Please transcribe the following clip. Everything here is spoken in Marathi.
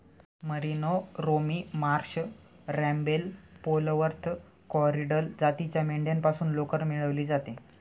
मरिनो, रोमी मार्श, रॅम्बेल, पोलवर्थ, कॉरिडल जातीच्या मेंढ्यांपासून लोकर मिळवली जाते